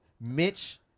Mitch